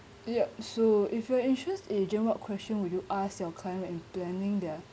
yup so if you are insurance agent what question will you ask your client and planning their